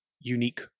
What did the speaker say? unique